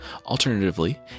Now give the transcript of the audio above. Alternatively